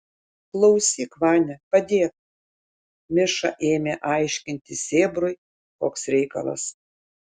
klausyk vania padėk miša ėmė aiškinti sėbrui koks reikalas